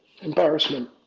Embarrassment